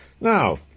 Now